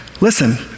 listen